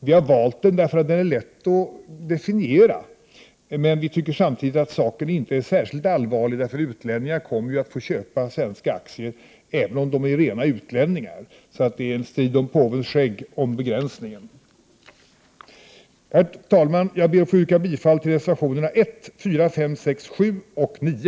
Vi har valt den begränsningen eftersom den är lätt att definiera. Vi tycker dock samtidigt att saken inte är särskilt allvarlig. Utlänningarna kommer ju ändå att få köpa svenska aktier. Frågan om begränsningen är en strid om påvens skägg. Herr talman, jag ber att få yrka bifall till reservationerna 1,4, 5,6, 7 och 9.